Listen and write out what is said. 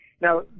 Now